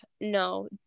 no